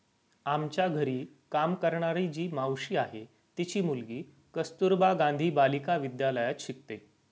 आमच्या घरी काम करणारी जी मावशी आहे, तिची मुलगी कस्तुरबा गांधी बालिका विद्यालयात शिकते